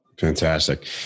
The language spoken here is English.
fantastic